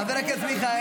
חבר הכנסת מיכאל.